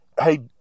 Hey